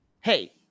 hey